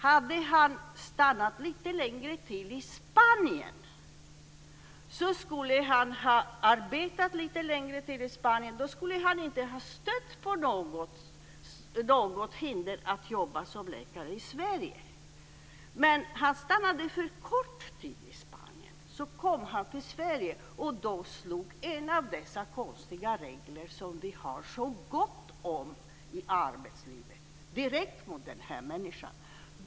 Hade han stannat och arbetat lite längre i Spanien skulle han inte ha stött på något hinder för att jobba som läkare i Sverige. Men han stannade för kort tid i Spanien. Så kom han till Sverige, och då slog en av dessa konstiga regler som vi har så gott om i arbetslivet direkt mot den här människan.